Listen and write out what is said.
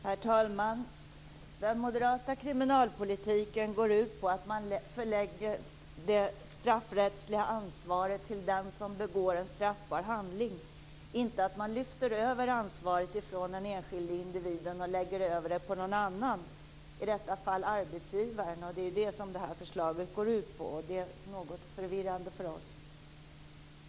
Herr talman! Den moderata kriminalpolitiken går ut på att man förlägger det straffrättsliga ansvaret till den som begår en straffbar handling. Den innebär inte att man lyfter över ansvaret från den enskilde individen och lägger över det på någon annan, i detta fall arbetsgivaren. Det är det som det här förslaget går ut på. Det är något förvirrande för oss.